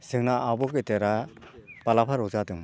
जोंहा आब' गेदेरा बालाफारायाव जादों